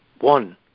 One